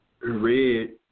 Red